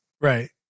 Right